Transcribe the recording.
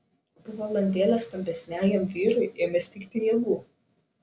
po valandėlės stambesniajam vyrui ėmė stigti jėgų